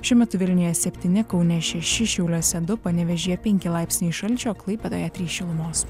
šiuo metu vilniuje septyni kaune šeši šiauliuose du panevėžyje penki laipsniai šalčio klaipėdoje trys šilumos